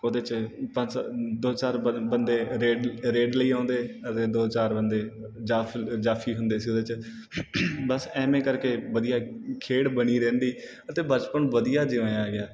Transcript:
ਉਹਦੇ 'ਚ ਪੰਜ ਸ ਦੋ ਚਾਰ ਵਾਰ ਬੰਦੇ ਰੇਡ ਰੇਡ ਲਈ ਆਉਂਦੇ ਅਤੇ ਦੋ ਚਾਰ ਬੰਦੇ ਜਾ ਜਾਫੀ ਹੁੰਦੇ ਸੀ ਉਹਦੇ 'ਚ ਬਸ ਐਂਵੇ ਕਰਕੇ ਵਧੀਆ ਖੇਡ ਬਣੀ ਰਹਿੰਦੀ ਅਤੇ ਬਚਪਨ ਵਧੀਆ ਜਿਵੇਂ ਆ ਗਿਆ